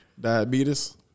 Diabetes